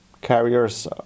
carriers